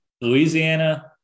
louisiana